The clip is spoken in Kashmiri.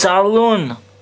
چلُن